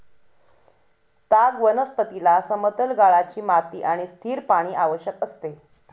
ताग वनस्पतीला समतल गाळाची माती आणि स्थिर पाणी आवश्यक असते